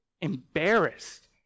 embarrassed